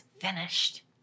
finished